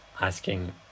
asking